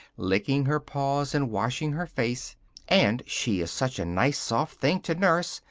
licking her paws and washing her face and she is such a nice soft thing to nurse,